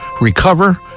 recover